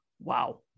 Wow